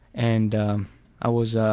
and i was, ah